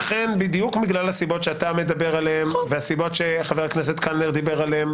בדיוק מסיבות אלה ומהסיבות שחבר הכנסת קלנר דיבר עליהן